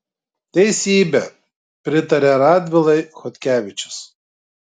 teisybė pritaria radvilai chodkevičius